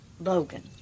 Logan